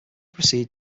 proceed